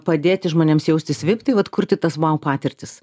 padėti žmonėms jaustis vip tai vat kurti tas vau patirtis